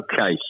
Okay